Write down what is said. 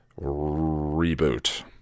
reboot